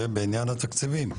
ובעניין התקציבים,